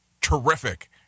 terrific